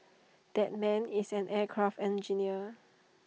that man is an aircraft engineer